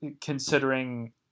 considering